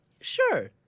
Sure